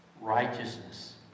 Righteousness